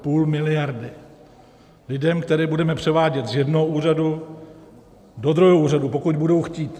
Půl miliardy lidem, které budeme převádět z jednoho úřadu do druhého úřadu, pokud budou chtít.